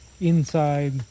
inside